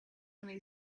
many